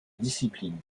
discipline